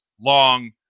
long